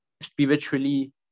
spiritually